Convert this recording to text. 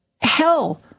Hell